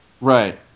Right